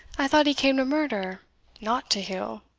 i thought he came to murder not to heal.